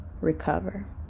recover